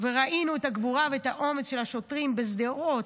וראינו את הגבורה ואת האומץ של השוטרים בשדרות,